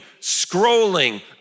scrolling